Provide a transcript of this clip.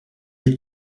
est